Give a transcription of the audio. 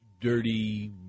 dirty